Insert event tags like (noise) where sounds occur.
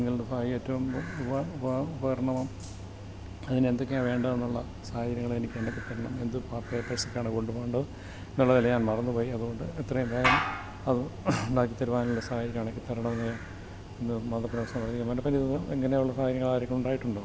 (unintelligible) ഏറ്റവും ഉപകരണവും അതിനു എന്തൊക്കെയാണ് വേണ്ടതെന്നുള്ള സാഹചര്യങ്ങളിൽ എനിക്ക് ഉണ്ടാക്കി തരണം എന്ത് പാ പേപ്പേർസൊക്കെയാണ് കൊണ്ടുപോകേണ്ടത് എന്നുള്ള കാര്യം ഞാൻ മറന്നു പോയി അതുകൊണ്ട് എത്രയും വേഗം അത് ഒണ്ടാക്കി തരുവാനുള്ള സാഹചര്യം ഉണ്ടാക്കി തരണമെന്ന് ഞാൻ (unintelligible) മോനപ്പന് ഇങ്ങനെയുള്ള സാഹചര്യങ്ങൾ ആർക്ക് ഉണ്ടായിട്ടുണ്ടോ